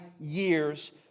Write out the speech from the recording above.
years